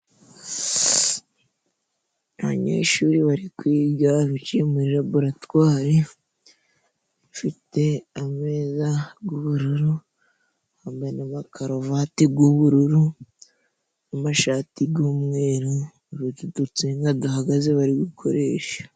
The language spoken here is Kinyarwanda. Abanyeshuri bari kwiga bicaye muri raboratwari, ifite ameza y'ubururu, bambaye n'amakaruvate y'ubururu, n'amashati y'umweru, bafite udutsinga duhagaze bari gukoresha.